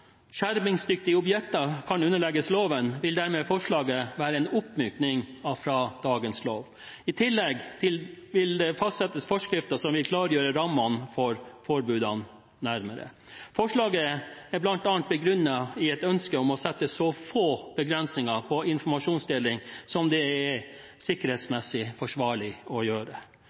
skjermingsverdige objekter kan underlegges loven, vil forslaget dermed være en oppmyking av dagens lov. I tillegg til det fastsettes forskrifter som vil klargjøre rammene for forbudene nærmere. Forslaget er bl.a. begrunnet i et ønske om å sette så få begrensninger på informasjonsdeling som det er sikkerhetsmessig forsvarlig å gjøre.